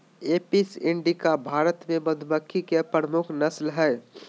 Apis इंडिका भारत मे मधुमक्खी के प्रमुख नस्ल हय